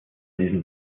diesem